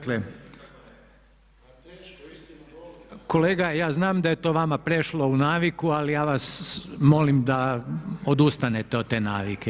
Kolega ja znam da je to vama prešlo u naviku ali ja vas molim da odustanete od te navike.